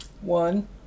One